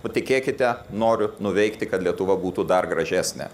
patikėkite noriu nuveikti kad lietuva būtų dar gražesnė